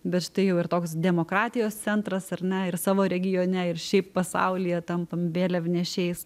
bet štai jau ir toks demokratijos centras ar ne ir savo regione ir šiaip pasaulyje tampam vėliavnešiais